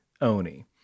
Oni